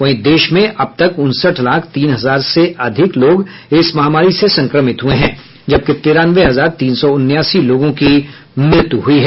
वहीं देश में अब तक उनसठ लाख तीन हजार से अधिक लोग इस महामारी से संक्रमित हुए हैं जबकि तिरानवे हजार तीन सौ उनासी लोगों की मृत्य हुई है